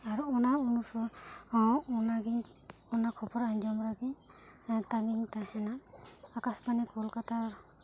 ᱟᱨ ᱚᱱᱟ ᱩᱱᱩᱥᱚᱨ ᱚᱱᱟ ᱜᱮᱧ ᱚᱱᱟ ᱠᱷᱚᱵᱽᱨᱟ ᱟᱸᱡᱚᱢ ᱨᱟᱹᱜᱤᱧ ᱛᱟᱺᱜᱤᱧ ᱛᱟᱺᱜᱤᱧ ᱛᱟᱦᱮᱱᱟ ᱟᱠᱟᱥᱵᱟᱱᱤ ᱠᱳᱞᱠᱟᱛᱟ